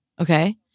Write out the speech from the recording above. Okay